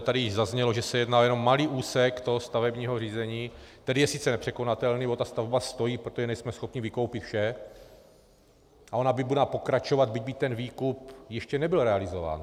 Tady již zaznělo, že se jedná jenom o malý úsek toho stavebního řízení, který je sice nepřekonatelný, ta stavba stojí, protože nejsme schopni vykoupit vše, a ona by měla pokračovat, byť by ten výkup ještě nebyl realizován.